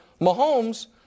Mahomes